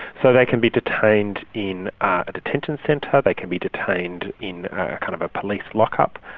so they can be detained in a detention centre, they can be detained in kind of a police lock-up,